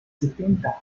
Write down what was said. setenta